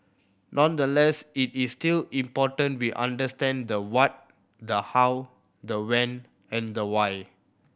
nonetheless it is still important we understand the what the how the when and the why